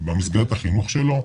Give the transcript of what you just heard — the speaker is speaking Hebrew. במסגרת החינוך שלו.